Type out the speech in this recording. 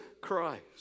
Christ